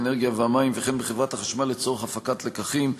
האנרגיה והמים וכן בחברת החשמל לצורך הפקת לקחים.